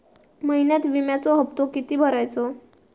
महिन्यात विम्याचो हप्तो किती भरायचो?